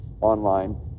online